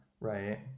right